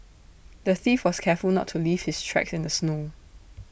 the thief was careful to not leave his tracks in the snow